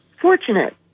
fortunate